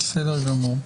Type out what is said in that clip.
בסדר גמור.